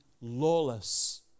lawless